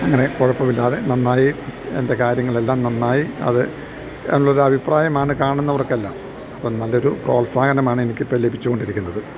അങ്ങനെ കുഴപ്പമില്ലാതെ നന്നായി എൻ്റെ കാര്യങ്ങളെല്ലാം നന്നായി അത് നല്ലൊരഭിപ്രായമാണ് കാണുന്നവർക്കെല്ലാം അപ്പം നല്ലൊരു പ്രോത്സാഹനമാണ് എനിക്കിപ്പം ലഭിച്ചുകൊണ്ടിരിക്കുന്നത്